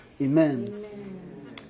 Amen